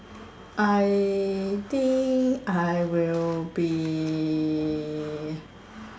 I think I will be